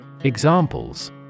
Examples